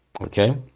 Okay